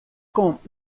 komt